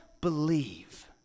believe